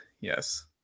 Yes